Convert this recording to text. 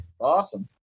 Awesome